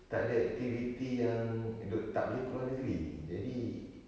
tak ada activity yang duk~ tak boleh keluar negeri jadi